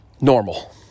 normal